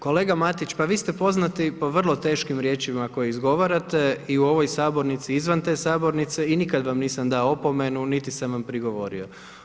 Kolega Matić, pa vi ste poznati po vrlo teškim riječima koje izgovarate i u ovoj sabornici i izvan te sabornice i nikad vam nisam dao opomenu niti sam vam prigovorio.